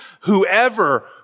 whoever